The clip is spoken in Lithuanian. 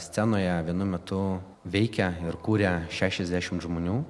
scenoje vienu metu veikia ir kuria šešiasdešim žmonių